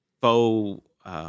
faux